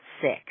six